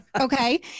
Okay